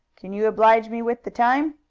can you oblige me with the time?